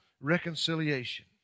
reconciliation